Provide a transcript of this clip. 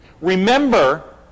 Remember